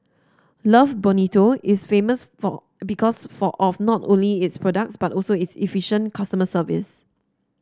love Bonito is famous for because for of not only its products but also its efficient customer service